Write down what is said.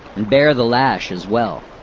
and bear the lash as well.